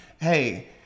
Hey